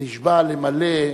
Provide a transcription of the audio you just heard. נשבע למלא,